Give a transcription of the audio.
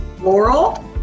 Laurel